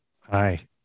Hi